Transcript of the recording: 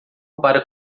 para